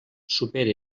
superi